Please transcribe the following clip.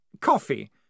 coffee